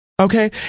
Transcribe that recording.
Okay